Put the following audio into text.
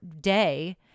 day